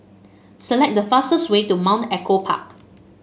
select the fastest way to Mount Echo Park